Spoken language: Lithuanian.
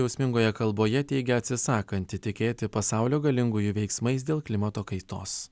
jausmingoje kalboje teigė atsisakanti tikėti pasaulio galingųjų veiksmais dėl klimato kaitos